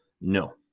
No